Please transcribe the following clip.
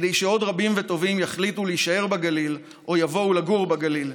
כדי שעוד רבים וטובים יחליטו להישאר בגליל או יבואו לגור בגליל,